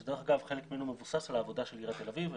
שדרך אגב חלק ממנו מבוסס על העבודה של עיריית תל אביב.